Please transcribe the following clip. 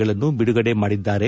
ಗಳನ್ನು ಬಿಡುಗಡೆ ಮಾಡಿದ್ದಾರೆ